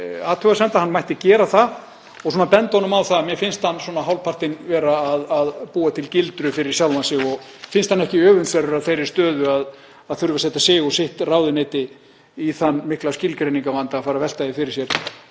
til athugasemda, mætti gera það og bendi honum á það að mér finnst hann svona hálfpartinn vera að búa til gildru fyrir sjálfan sig og finnst hann ekki öfundsverður af þeirri stöðu að þurfa að setja sig og sitt ráðuneyti í þann mikla skilgreiningarvanda að velta því fyrir sér